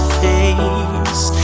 face